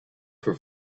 for